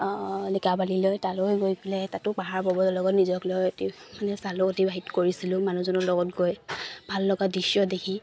লিকাবালিলৈ তালৈ গৈ পেলাই তাতো পাহাৰ ববৰ লগত নিজক লৈ অতি মানে চালো অতিবাহিত কৰিছিলো মানুহজনৰ লগত গৈ ভাল লগা দৃশ্য দেখি